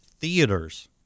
theaters